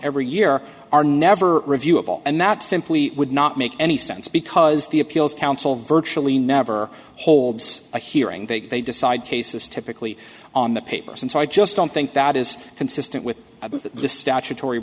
every year are never reviewable and that simply would not make any sense because the appeals council virtually never holds a hearing that they decide cases typically on the papers and so i just don't think that is consistent with the statutory